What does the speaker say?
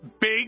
big